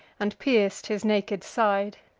and pierc'd his naked side.